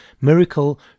Miracle